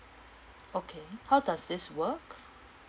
okay how does this work